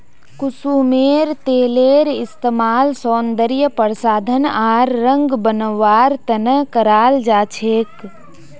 कुसुमेर तेलेर इस्तमाल सौंदर्य प्रसाधन आर रंग बनव्वार त न कराल जा छेक